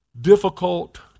difficult